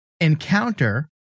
encounter